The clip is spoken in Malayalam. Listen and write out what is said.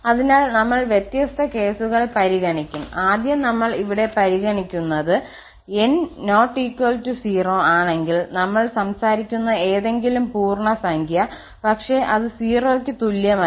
അതിനാൽ ഞങ്ങൾ വ്യത്യസ്ത കേസുകൾ പരിഗണിക്കും ആദ്യം നമ്മൾ ഇവിടെ പരിഗണിക്കുന്നത് 𝑛 ≠ 0 ആണെങ്കിൽനമ്മൾ സംസാരിക്കുന്ന ഏതെങ്കിലും പൂർണ്ണസംഖ്യ പക്ഷെ അത് 0 ക്ക് തുല്യമല്ല